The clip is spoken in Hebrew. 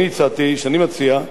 של חבר הכנסת ביבי,